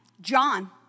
John